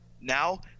Now